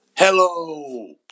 Hello